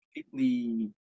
completely